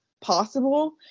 possible